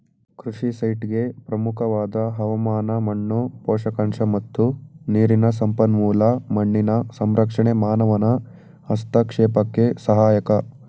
ಕೃಷಿ ಸೈಟ್ಗೆ ಪ್ರಮುಖವಾದ ಹವಾಮಾನ ಮಣ್ಣು ಪೋಷಕಾಂಶ ಮತ್ತು ನೀರಿನ ಸಂಪನ್ಮೂಲ ಮಣ್ಣಿನ ಸಂರಕ್ಷಣೆ ಮಾನವನ ಹಸ್ತಕ್ಷೇಪಕ್ಕೆ ಸಹಾಯಕ